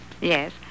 Yes